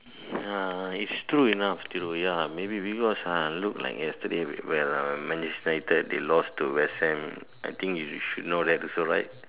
ya it's true enough true ya maybe we were viewers look like yesterday where Manchester United that they lost to West Ham I think you should know that also right